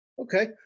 Okay